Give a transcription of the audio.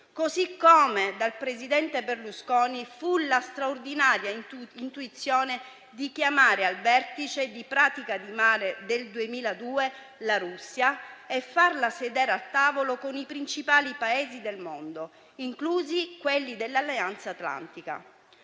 Così come dal presidente Berlusconi venne la straordinaria intuizione di chiamare al vertice di Pratica di Mare del 2002 la Russia e farla sedere al tavolo con i principali Paesi del mondo, inclusi quelli dell'Alleanza atlantica.